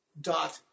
dot